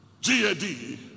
G-A-D